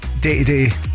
day-to-day